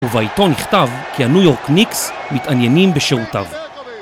ובעיתון נכתב כי הניו יורק ניקס מתעניינים בשירותיו